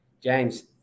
James